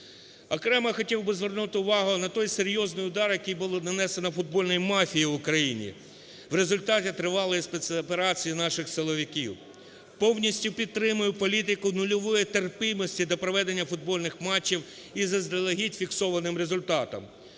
Окремо хотів би звернути увагу на той серйозний удар, який було нанесено футбольній мафії у країні в результаті тривалої спецоперації наших силовиків. Повністю підтримую політику нульової терпимості до проведення футбольних матчів із заздалегідь фіксованим результатом.